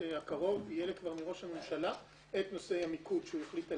הקרוב יהיו לי כבר מראש ממשלה את נושאי המיקוד שהוא החליט עליהם,